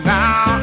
now